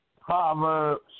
Proverbs